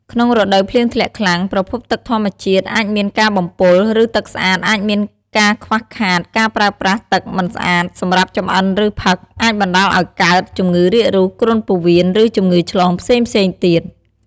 ក្នុងរដូវភ្លៀងធ្លាក់ខ្លាំង ប្រភពទឹកធម្មជាតិអាចមានការបំពុល ឬទឹកស្អាតអាចមានការខ្វះខាត ការប្រើប្រាស់ទឹកមិនស្អាតសម្រាប់ចម្អិនឬផឹក អាចបណ្តាលឱ្យកើត ជំងឺរាគរូស គ្រុនពោះវៀន ឬជំងឺឆ្លងផ្សេងៗទៀត។